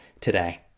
today